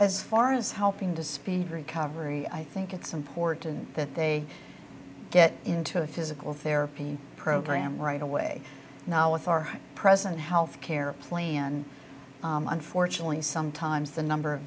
as far as helping to speed recovery i think it's important that they get into a physical therapy program right away now with our present health care plan unfortunately sometimes the number of